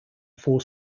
four